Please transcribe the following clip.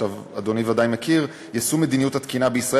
שאדוני ודאי מכיר: יישום מדיניות התקינה בישראל,